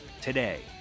today